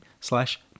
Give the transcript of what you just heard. slash